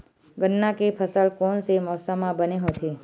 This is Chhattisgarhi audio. गन्ना के फसल कोन से मौसम म बने होथे?